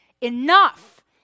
enough